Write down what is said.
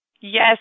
Yes